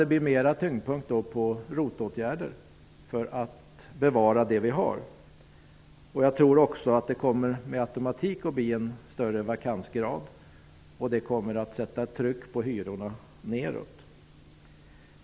Då kommer tyngdpunkten att ligga mer på ROT-åtgärder för att bevara det vi har. Jag tror också att det med automatik kommer att bli en större vakansgrad. Det kommer att sätta ett tryck på hyrorna neråt.